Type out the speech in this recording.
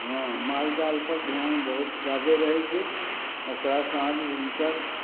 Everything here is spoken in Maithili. हँ माल जालपर ध्यान बहुत जादे रहय छै ओकरा साँझ भिनसर